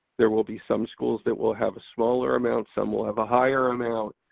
there will be some schools that will have a smaller amount, some will have a higher amount,